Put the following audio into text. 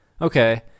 Okay